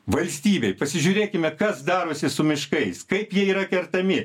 valstybei pasižiūrėkime kas darosi su miškais kaip jie yra kertami